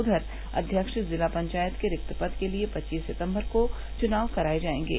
उघर अव्यक्ष जिला पंचायत के रिक्त पद के लिए पच्चीस सितम्बर को चुनाव कराये जायेंगे